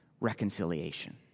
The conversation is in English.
reconciliation